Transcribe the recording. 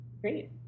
Great